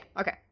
okay